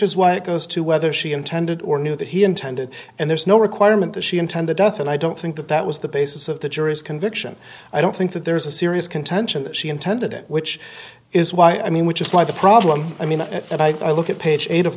is why it goes to whether she intended or knew that he intended and there's no requirement that she intended death and i don't think that that was the basis of the jury's conviction i don't think that there's a serious contention that she intended it which is why i mean which is why the problem i mean i look at page eight of